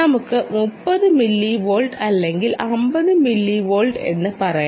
നമുക്ക് 30 മില്ലിവോൾട്ട് അല്ലെങ്കിൽ 50 മില്ലിവോൾട്ട് എന്ന് പറയാം